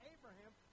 Abraham